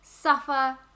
Suffer